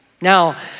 Now